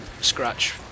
scratch